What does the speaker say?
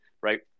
right